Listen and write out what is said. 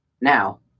now